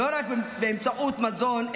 לא רק באמצעות מזון,